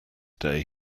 day